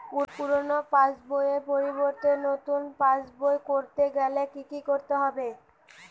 পুরানো পাশবইয়ের পরিবর্তে নতুন পাশবই ক রতে গেলে কি কি করতে হবে?